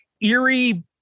eerie